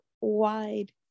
wide